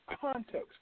context